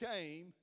came